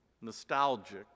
nostalgic